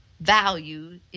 value